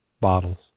bottles